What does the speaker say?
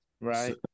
Right